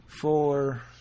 four